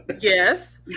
Yes